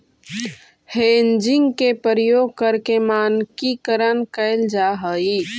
hedging के प्रयोग करके मानकीकरण कैल जा हई